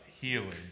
healing